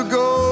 go